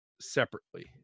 separately